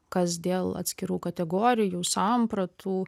kas dėl atskirų kategorijų sampratų